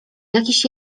jakiś